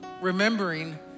remembering